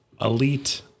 Elite